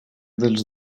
dels